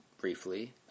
briefly